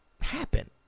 happen